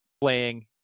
playing